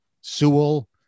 Sewell